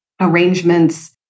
arrangements